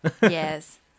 Yes